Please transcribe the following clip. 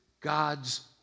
God's